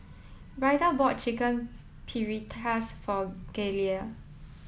Ryder bought Chicken Paprikas for Galilea